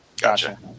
Gotcha